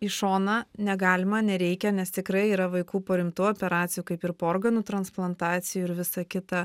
į šoną negalima nereikia nes tikrai yra vaikų po rimtų operacijų kaip ir po organų transplantacijų ir visa kita